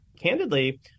candidly